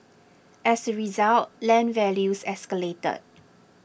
as a result land values escalated